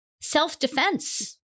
Self-defense